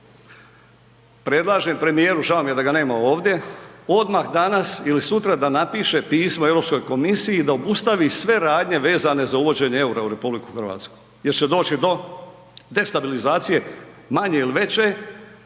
predlažem premijeru, žao mi je da ga nema ovdje, odmah danas ili sutra da napiše pismo Europskoj komisiji da obustavi sve radnje vezane za uvođenje eura u RH jer će doći do destabilizacije manje ili veće,